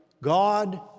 God